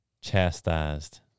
chastised